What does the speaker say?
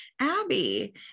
Abby